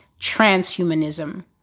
transhumanism